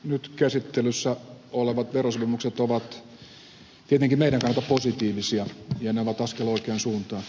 nyt käsittelyssä olevat verosopimukset ovat tietenkin meidän kannalta positiivisia ja ne ovat askel oikeaan suuntaan